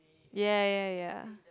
ya ya ya